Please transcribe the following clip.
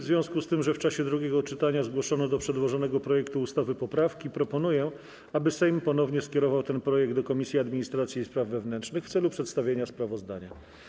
W związku z tym, że w czasie drugiego czytania zgłoszono do przedłożonego projektu ustawy poprawki, proponuję, aby Sejm ponownie skierował ten projekt do Komisji Administracji i Spraw Wewnętrznych w celu przedstawienia sprawozdania.